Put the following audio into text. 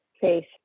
face